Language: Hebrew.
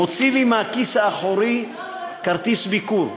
מוציא לי מהכיס האחורי כרטיס ביקור,